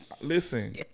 listen